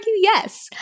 Yes